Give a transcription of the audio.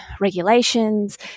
regulations